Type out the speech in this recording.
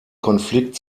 konflikt